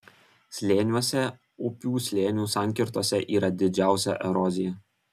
slėniuose upių slėnių sankirtose yra didžiausia erozija